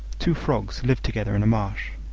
two frogs lived together in a marsh.